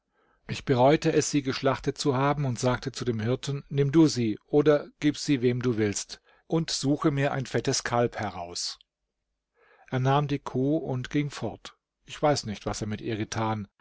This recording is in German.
ich bereute es sie geschlachtet zu haben und sagte zu dem hirten nimm du sie oder gib sie wem du willst und suche mir ein fettes kalb heraus er nahm die kuh und ging fort ich weiß nicht was er mit ihr getan